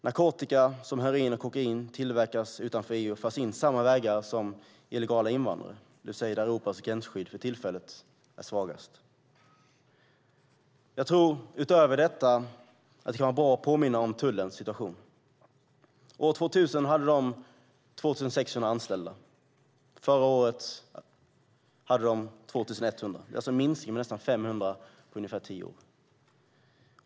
Narkotika, som heroin och kokain, tillverkas utanför EU och förs in samma vägar som illegala invandrare, det vill säga där Europas gränsskydd för tillfället är svagast. Utöver detta kan det vara bra att påminna om tullens situation. År 2000 hade man 2 600 anställda. Förra året hade man 2 100. Det är alltså en minskning med nästan 500 på ungefär tio år.